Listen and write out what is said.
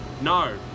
No